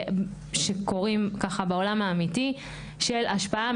ככה שקורים בעולם האמיתי של השפעה,